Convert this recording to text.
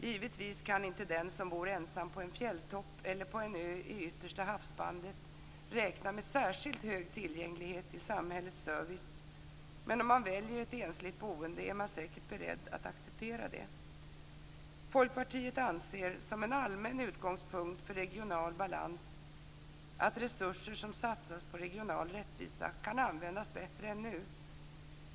Givetvis kan inte den som bor ensam på en fjälltopp eller på en ö i yttersta havsbandet räkna med särskilt hög tillgänglighet till samhällets service - men om man väljer ett ensligt boende är man säkert beredd att acceptera det. Folkpartiet anser, som en allmän utgångspunkt för regional balans, att resurser som satsas på regional rättvisa kan användas bättre än nu.